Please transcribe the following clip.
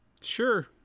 Sure